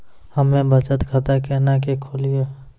हम्मे बचत खाता केना के खोलियै?